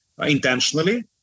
intentionally